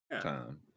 time